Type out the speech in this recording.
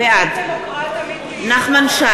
בעד ככה מתנהג דמוקרט אמיתי.